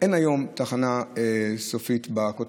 אין היום תחנה סופית בכותל.